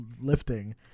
lifting